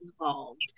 involved